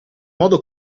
modo